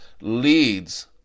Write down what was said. leads